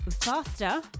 faster